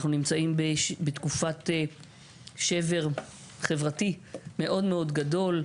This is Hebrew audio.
אנחנו נמצאים בתקופת שבר חברתי מאוד-מאוד גדול,